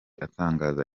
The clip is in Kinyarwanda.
atangaza